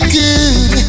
good